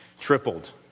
tripled